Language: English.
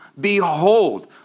behold